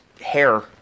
hair